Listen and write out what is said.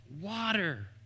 water